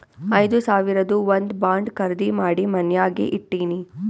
ಐದು ಸಾವಿರದು ಒಂದ್ ಬಾಂಡ್ ಖರ್ದಿ ಮಾಡಿ ಮನ್ಯಾಗೆ ಇಟ್ಟಿನಿ